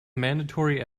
mandatory